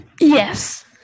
Yes